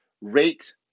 rate